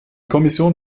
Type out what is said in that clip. kommission